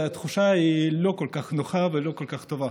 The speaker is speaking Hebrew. התחושה לא כל כך נוחה ולא כל כך טובה.